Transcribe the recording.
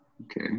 Okay